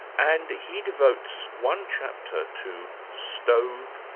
and he devotes one chapter to stove,